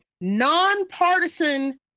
nonpartisan